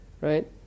right